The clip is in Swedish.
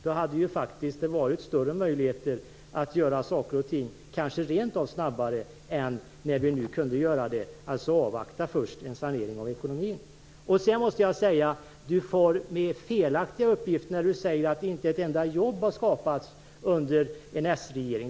Då hade det faktiskt funnits större möjligheter att göra saker och ting kanske rent av snabbare än vi kunde göra då vi först fick avvakta en sanering av ekonomin. Ola Ström far med felaktiga uppgifter när han säger att inte ett enda jobb har skapats under en sregering.